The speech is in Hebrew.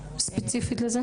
ספציפית לזה.